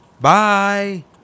Bye